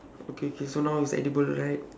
okay okay so now it's edible right